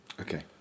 okay